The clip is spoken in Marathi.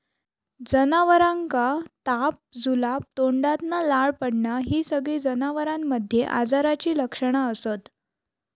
जनावरांका ताप, जुलाब, तोंडातना लाळ पडना हि सगळी जनावरांमध्ये आजाराची लक्षणा असत